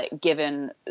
given